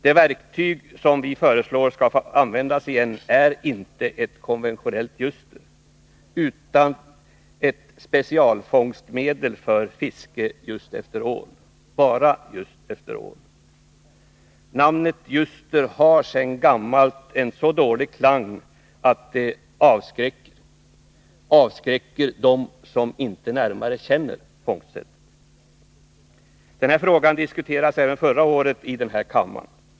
Det verktyg som vi föreslår skall få användas igen är inte ett konventionellt ljuster utan ett specialfångstmedel för fiske efter ål — bara just efter ål. Namnet ljuster har sedan gammalt en så dålig klang att det avskräcker dem som inte närmare känner till fångstsättet. Den här frågan diskuterades även förra året här i kammaren.